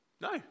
no